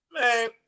Man